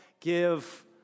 give